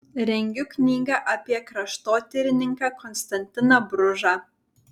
rengiu knygą apie kraštotyrininką konstantiną bružą